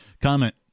comment